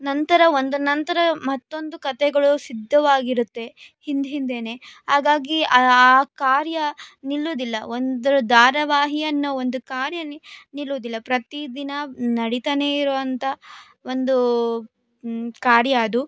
ನಂತರ ಒಂದ್ರ ನಂತರ ಮತ್ತೊಂದು ಕಥೆಗಳು ಸಿದ್ಧವಾಗಿರುತ್ತೆ ಹಿಂದೆ ಹಿಂದೆಯೇ ಹಾಗಾಗಿ ಆ ಆ ಕಾರ್ಯ ನಿಲ್ಲೋದಿಲ್ಲ ಒಂದು ಧಾರಾವಾಹಿಯನ್ನು ಒಂದು ಕಾರ್ಯ ನಿಲ್ಲೋದಿಲ್ಲ ಪ್ರತಿ ದಿನ ನಡಿತಾ ಇರುವಂಥ ಒಂದು ಕಾರ್ಯ ಅದು